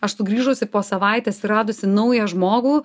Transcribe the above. aš sugrįžusi po savaitės ir radusi naują žmogų